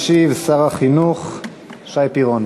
ישיב שר החינוך שי פירון.